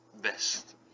best